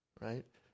right